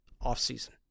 off-season